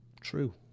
true